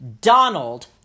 Donald